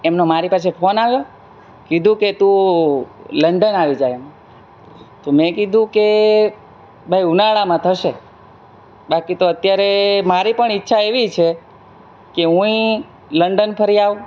એમનો મારી પાસે ફોન આવ્યો કીધું કે તું લંડન આવી જા એમ તો મેં કીધું કે ભાઈ ઉનાળામાં થશે બાકી તો અત્યારે મારી પણ ઈચ્છા એવી છે કે હુંયે લંડન ફરી આવું